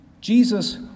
Jesus